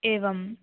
एवं